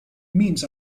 memes